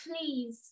please